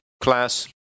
class